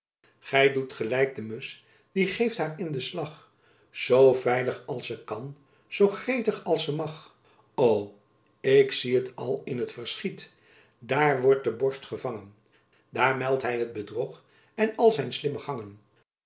doet gelijck de mus die geeft haer in den slagh so veyligh als se kan so gretigh als se magh o ik zie het al in t verschiet daer wordt de borst gevanghen daer melt hy het bedrogh en al zijn slimme ganghen